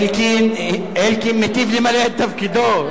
אלקין מיטיב למלא את תפקידו.